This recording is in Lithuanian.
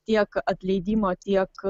tiek atleidimo tiek